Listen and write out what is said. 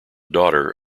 daughter